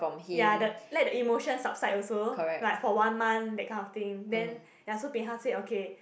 ya the let the emotion subside also like one month that kind of thing then ya so bin hao said okay